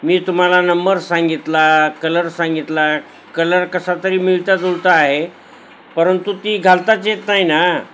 मी तुम्हाला नंबर सांगितला कलर सांगितला कलर कसा तरी मिळताजुळता आहे परंतु ती घालताच येत नाही ना